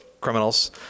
criminals